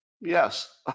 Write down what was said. Yes